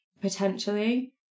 potentially